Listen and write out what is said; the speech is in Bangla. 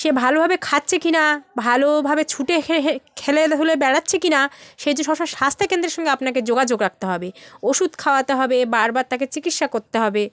সে ভালোভাবে খাচ্চে কিনা ভালোভাবে ছুটে হে হে খেলেধুলে বেড়াচ্ছে কি না সে হচ্চে সব সময় স্বাস্থ্যকেন্দ্রের সঙ্গে আপনাকে যোগাযোগ রাখতে হবে ওষুধ খাওয়াতে হবে বারবার তাকে চিকিৎসা করতে হবে